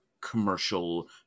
commercial